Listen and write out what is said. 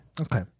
Okay